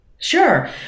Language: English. Sure